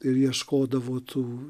ir ieškodavo tų